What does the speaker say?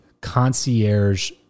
concierge